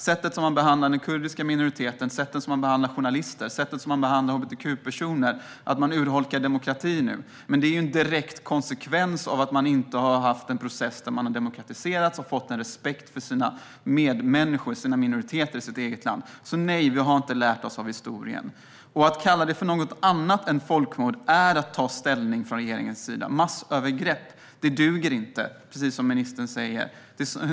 Sättet som man behandlar den kurdiska minoriteten, journalister och hbtq-personer på och sättet att urholka demokratin är en direkt konsekvens av att man inte har haft en process där man har demokratiserats och fått respekt för sina invånare och minoriteter. Nej, vi har inte lärt oss historien. Att kalla det för någonting annat än folkmord är att ta ställning från regeringens sida. Massövergrepp duger inte, precis som ministern säger.